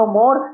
more